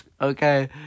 Okay